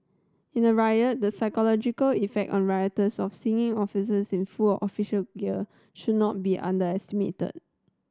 in a riot the psychological effect on rioters of seeing officers in full or official gear should not be underestimated